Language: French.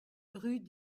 rue